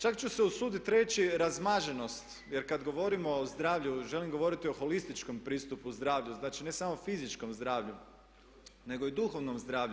Čak ću se usuditi reći razmaženost jer kad govorimo o zdravlju želim govoriti o holističkom pristupu zdravlju, znači ne samo fizičkom zdravlju nego i duhovnom zdravlju.